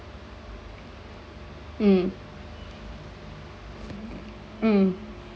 mm mm